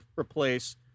replace